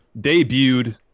Debuted